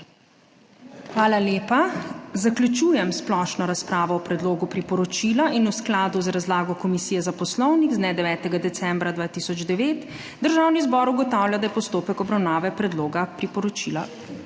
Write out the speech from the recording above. ZUPANČIČ: Zaključujem splošno razpravo o predlogu priporočila in v skladu z razlago Komisije za poslovnik z dne 9. decembra 2009 Državni zbor ugotavlja, da je postopek obravnave predloga priporočila